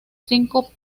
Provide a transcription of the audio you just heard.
cinco